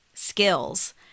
skills